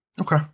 Okay